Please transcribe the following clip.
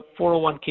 401k